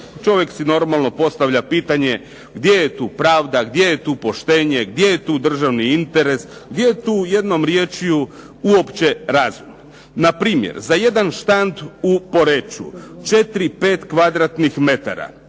Čovjek si normalno postavlja pitanje gdje je tu pravda, gdje je tu poštenje, gdje je tu državni interes, gdje je tu jednom riječju uopće razum. Na primjer, za jedan štand u Poreču 4, 5 kvadratnih metara